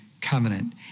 covenant